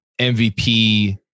MVP